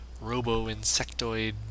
robo-insectoid